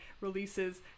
releases